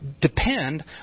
depend